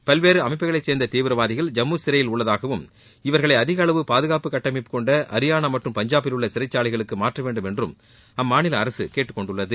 பல்வேறு அமைப்புகளை சேர்ந்த தீவிரவாதிகள் ஜம்மு சிறையில் உள்ளதாகவும் இவர்களை அதிகளவு பாதுகாப்பு கட்டமைப்பு கொண்ட அரியானா மற்றும் பஞ்சாப்பில் உள்ள சிறைச்சாலைகளுக்கு மாற்ற வேண்டும் என்று அம்மாநில அரசு கேட்டுக்கொண்டுள்ளது